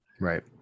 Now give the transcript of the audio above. Right